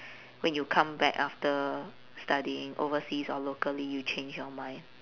when you come back after studying overseas or locally you change your mind